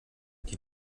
die